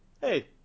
Hey